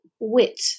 wit